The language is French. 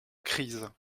crise